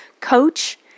coach